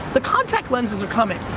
the contact lenses are coming.